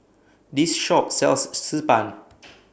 This Shop sells Xi Ban